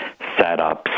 setups